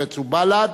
ובל"ד